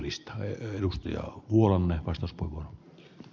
siltä se ainakin lentokoneesta näyttää